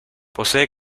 posee